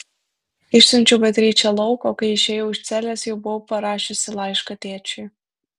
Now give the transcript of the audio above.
išsiunčiau beatričę lauk o kai išėjau iš celės jau buvau parašiusi laišką tėčiui